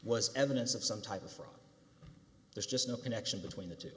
was evidence of some type of fraud there's just no connection between the two